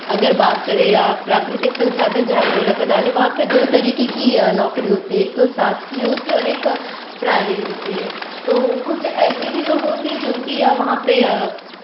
अगर बात करें या प्राकृतिक संसाधन जहाँ कोयला खदान है वहाँ पर दो तरीके की नौकरी होती है एक तो शासकीय होती है और एक प्राइवेट होती है तो कुछ ऐसे भी लोग होते हैं जो कि वहाँ पर